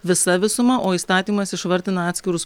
visa visuma o įstatymas išvardina atskirus